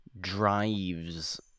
drives